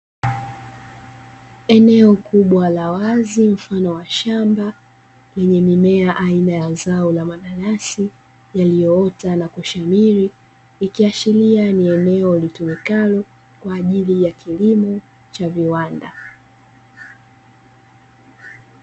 Eneo kubwa la wazi mfano wa shamba, lenye mimea aina ya zao la mananasi yaliyoota na kushamiri, ikiashiria ni eneo litumikalo kwa ajili ya kilimo cha viwanda.